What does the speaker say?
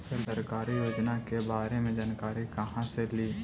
सरकारी योजना के बारे मे जानकारी कहा से ली?